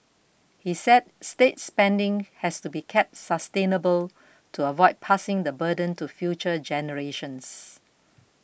he said state spending has to be kept sustainable to avoid passing the burden to future generations